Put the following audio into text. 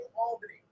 Albany